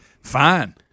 fine